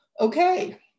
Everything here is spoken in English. Okay